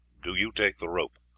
do you take the rope.